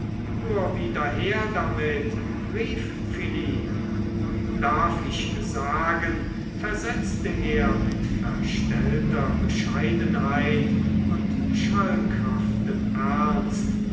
nur wieder her damit rief philine darf ich sagen versetzte er mit verstellter bescheidenheit und schalkhaftem ernst